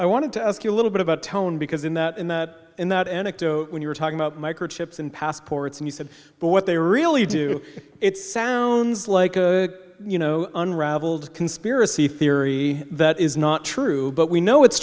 i wanted to ask you a little bit about tone because in that in that in that anecdote when you were talking about microchips and passports and you said but what they really do it sounds like you know unraveled conspiracy theory that is not true but we know it's